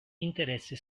interesse